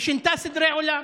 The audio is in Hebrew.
ושינתה סדרי עולם,